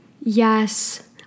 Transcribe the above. Yes